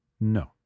No